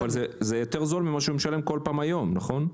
אבל זה יותר זול ממה שהוא משלם כל פעם היום, נכון?